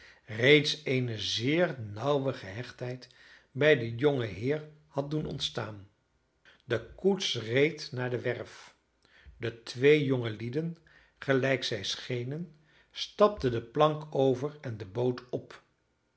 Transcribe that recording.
reeds eene zeer nauwe gehechtheid bij den jongeheer had doen ontstaan de koets reed naar de werf de twee jongelieden gelijk zij schenen stapten de plank over en de boot op